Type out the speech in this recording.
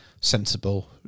sensible